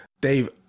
Dave